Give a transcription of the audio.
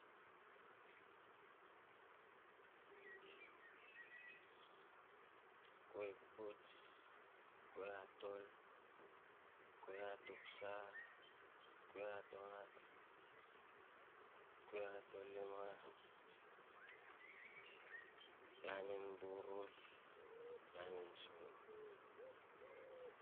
Kui puts. kui hatol. kui hatopsa. kui hatohats. kui hatolma. lanin burus. lanin singo